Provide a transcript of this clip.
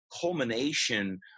culmination